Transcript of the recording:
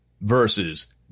versus